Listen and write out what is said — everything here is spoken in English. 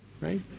right